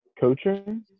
coaching